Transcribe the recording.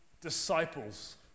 disciples